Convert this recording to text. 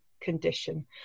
condition